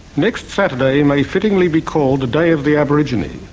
next saturday may fittingly be called the day of the aborigine.